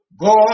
God